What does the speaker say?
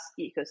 ecosystem